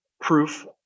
proof